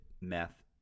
meth